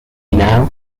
now